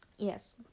Yes